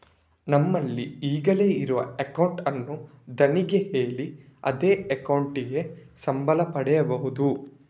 ನಮ್ಮಲ್ಲಿ ಈಗ್ಲೇ ಇರುವ ಅಕೌಂಟ್ ಅನ್ನು ಧಣಿಗೆ ಹೇಳಿ ಅದೇ ಅಕೌಂಟಿಗೆ ಸಂಬಳ ಪಡೀಬಹುದು